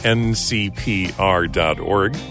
ncpr.org